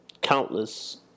countless